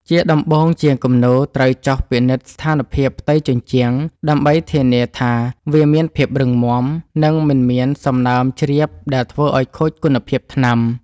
ជាដំបូង ជាងគំនូរត្រូវចុះពិនិត្យស្ថានភាពផ្ទៃជញ្ជាំងដើម្បីធានាថាវាមានភាពរឹងមាំ និងមិនមានសំណើមជ្រាបដែលធ្វើឱ្យខូចគុណភាពថ្នាំ។